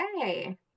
okay